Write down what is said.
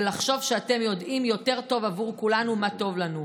ולחשוב שאתם יודעים יותר טוב עבור כולנו מה טוב לנו.